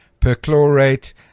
perchlorate